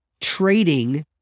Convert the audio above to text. trading